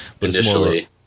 Initially